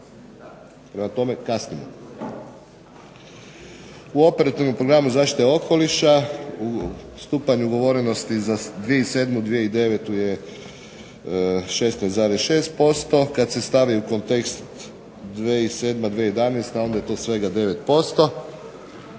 Prema tome kasnimo. U operativnom programu zaštite okoliša, stupanj ugovorenosti za 2007.-2009. je 16,6%, kad se stavi u kontekst 2007.-2011. onda je to svega 9%.